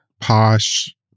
posh